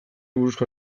buruzko